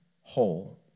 whole